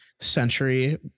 century